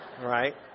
Right